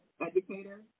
educator